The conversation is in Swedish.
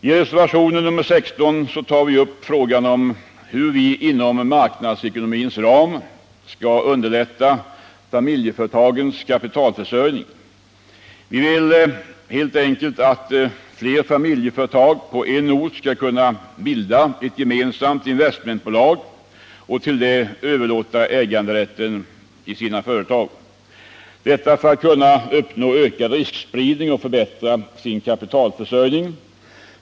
I reservationen 16 tar vi moderater upp frågan om hur man inom marknadsekonomins ram skall underlätta familjeföretagens kapitalförsörjning. Vi vill helt enkelt att flera familjeföretag på en ort skall kunna bilda ett gemensamt investmentbolag och till det överlåta äganderätten till sina företag — detta för att kunna uppnå ökad riskspridning och förbättra sin kapitalförsörjning.